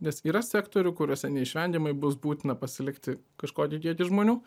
nes yra sektorių kuriuose neišvengiamai bus būtina pasilikti kažkokį kiekį žmonių